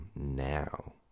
now